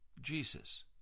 Jesus